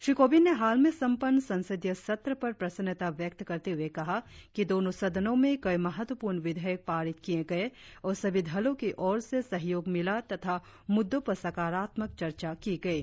श्री कोविंद ने हाल में संपन्न संसदीय सत्र पर प्रसन्नता व्यक्त करते हुए कहा कि दोनों सदनों में कई महत्वपूर्ण विधेयक पारित किये गये और सभी दलों की ओर से सहयोग मिला तथा मुद्दों पर सकारात्मक चर्चा की गयी